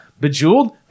Bejeweled